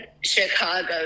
chicago